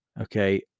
Okay